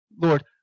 Lord